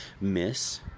miss